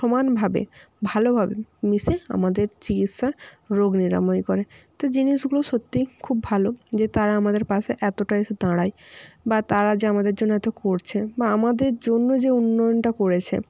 সমানভাবে ভালোভাবে মিশে আমাদের চিকিৎসার রোগ নিরাময় করে তো জিনিসগুলো সত্যিই খুব ভালো যে তারা আমাদের পাশে এতোটা এসে দাঁড়ায় বা তারা যে আমাদের জন্য এত করছে বা আমাদের জন্য যে উন্নয়নটা করেছে